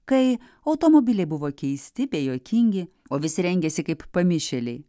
kai automobiliai buvo keisti bei juokingi o visi rengėsi kaip pamišėliai